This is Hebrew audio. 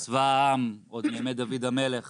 צבא העם, עוד מימי דוד המלך